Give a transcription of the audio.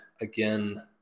again